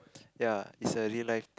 ya is a real life